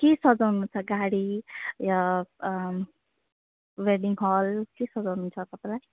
के सजाउनु छ गाडी या वेडिङ हल के सजाउनु छ तपाईँलाई